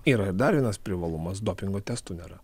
yra dar vienas privalumas dopingo testų nėra